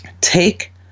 Take